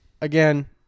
again